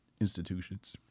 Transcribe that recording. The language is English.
institutions